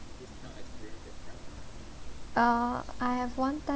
uh I have one time